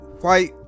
white